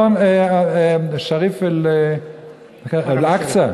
שריף אל-אקצא?